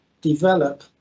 develop